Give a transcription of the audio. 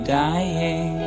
dying